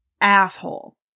asshole